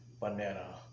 banana